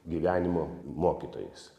gyvenimo mokytojais